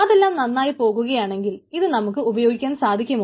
അതെല്ലാം നന്നായി പോകുകയാണെങ്കിൽ ഇത് നമുക്ക് ഉപയൊഗിക്കുവാൻ സാധിക്കുമൊ